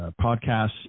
podcasts